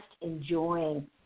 enjoying